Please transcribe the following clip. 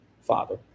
father